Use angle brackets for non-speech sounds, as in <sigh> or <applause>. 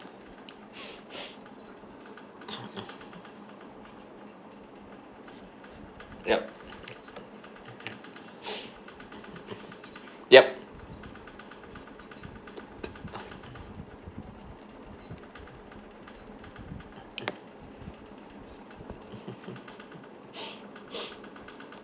yup <noise> yup